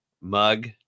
mug